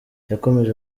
yakomeje